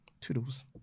Toodles